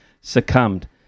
succumbed